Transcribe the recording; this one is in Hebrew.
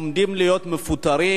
עומדים להיות מפוטרים.